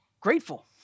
Grateful